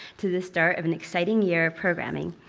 to the start of an exciting year of programming.